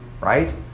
right